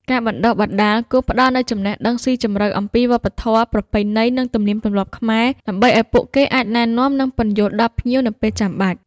ការបណ្តុះបណ្តាលគួរផ្តល់នូវចំណេះដឹងស៊ីជម្រៅអំពីវប្បធម៌ ប្រពៃណី និងទំនៀមទម្លាប់ខ្មែរ ដើម្បីឱ្យពួកគេអាចណែនាំ និងពន្យល់ដល់ភ្ញៀវនៅពេលចាំបាច់។